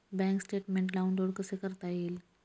Bank statement download कसे करता येईल?